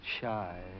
Shy